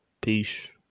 Peace